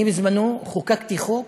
אני בזמנו חוקקתי חוק